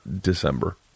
December